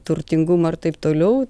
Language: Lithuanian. turtingumą ir taip toliau